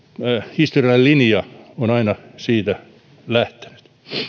historiallinen linja on aina siitä lähtenyt